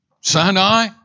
Sinai